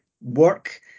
work